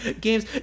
games